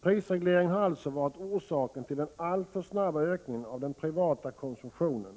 Prisregleringen har alltså varit orsaken till den alltför snabba ökningen av den privata konsumtionen